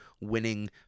winning